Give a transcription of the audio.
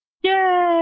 Yay